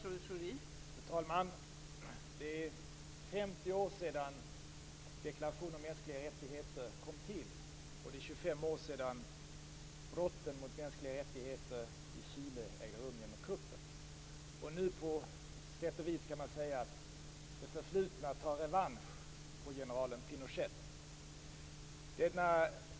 Fru talman! Det är 50 år sedan deklarationen om mänskliga rättigheter kom till, och det är 25 år sedan brotten mot mänskliga rättigheter i Chile ägde rum genom kuppen. Nu tar det förflutna revansch på generalen Pinochet.